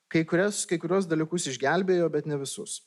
kai kurias kai kuriuos dalykus išgelbėjo bet ne visus